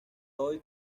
hoy